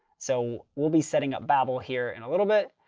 so we'll be setting up babel here in a little bit.